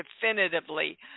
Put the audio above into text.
definitively